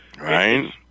Right